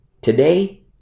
Today